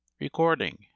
Recording